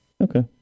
Okay